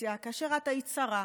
אופוזיציה כאשר את היית שרה,